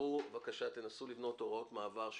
תדברו ותנסו לבנות הוראות מעבר.